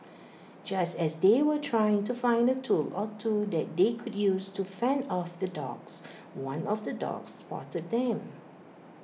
just as they were trying to find A tool or two that they could use to fend off the dogs one of the dogs spotted them